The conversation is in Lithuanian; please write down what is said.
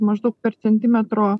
maždaug per centimetro